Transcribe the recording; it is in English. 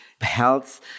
health